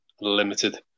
limited